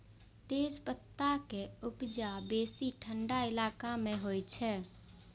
तेजपत्ता के उपजा बेसी ठंढा इलाका मे होइ छै